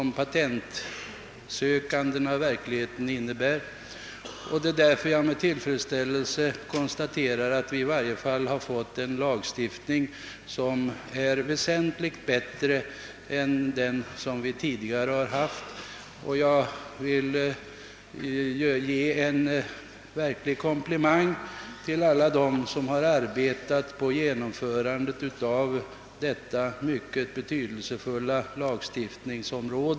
Det är därför med tillfredsställelse jag konstaterar att vi i varje fall får en lagstiftning som är väsentligt bättre än den vi tidigare haft. Jag vill också ge en verklig komplimang till alla dem som har arbetat med genomförandet av denna mycket betydelsefulla lagstiftning.